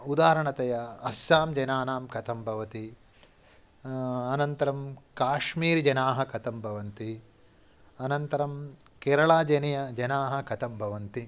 उदाहरणतया अस्सां जनानां कथं भवति अनन्तरं काश्मीरिजनाः कथं भवन्ति अनन्तरं केरलजनीयाः जनाः कथं भवन्ति